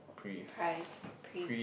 Prive